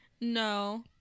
no